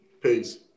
Peace